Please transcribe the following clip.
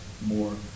more